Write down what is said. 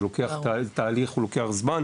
זה תהליך שלוקח זמן,